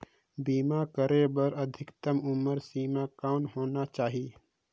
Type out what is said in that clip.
बीमा करे बर अधिकतम उम्र सीमा कौन होना चाही?